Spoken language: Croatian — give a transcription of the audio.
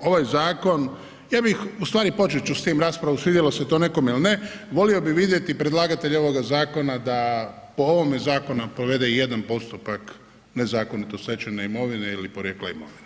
ovaj zakon ja bih u stvari počet ću u stvari s tim raspravu svidjelo se to nekom il ne, volio bi vidjeti predlagatelja ovoga zakona da po ovome zakonu provede i jedan postupak nezakonito stečene imovine ili porijekla imovine.